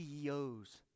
CEOs